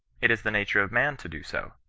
it is the nature of man to do so.